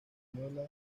española